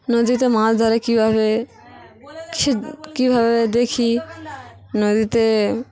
নদীতে মাছ ধরে কীভাবে কীভাবে দেখি নদীতে